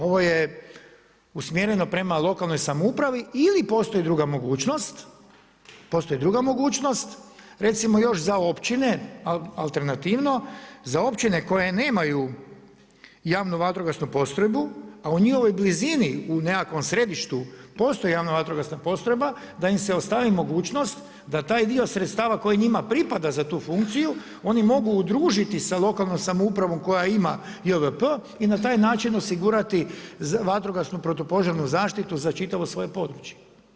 Ovo je usmjereno prema lokalnoj samoupravi ili postoji druga mogućnost recimo još za općine alternativno, za općine koje nemaju javnu vatrogasnu postrojbu, a u njihovoj blizini u nekakvom središtu postoji javna vatrogasna postrojba da im se ostavi mogućnost da taj dio sredstava koji njima pripada za tu funkciju oni mogu udružiti sa lokalnom samoupravom koja ima JVP i na taj način osigurati vatrogasnu protupožarnu zaštitu za čitavo svoje područje.